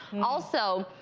also,